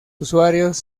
usuarios